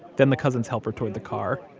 then the cousins help her toward the car.